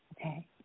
okay